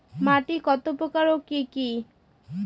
মাটি কত প্রকার ও কি কি?